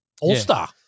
All-star